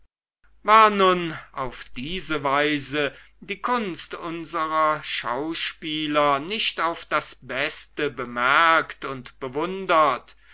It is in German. war nun auf diese weise die kunst unsrer schauspieler nicht auf das beste bemerkt und bewundert